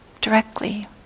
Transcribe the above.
directly